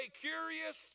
curious